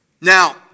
Now